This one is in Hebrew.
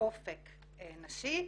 לאופק נשי,